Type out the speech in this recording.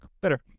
better